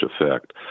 effect